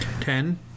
Ten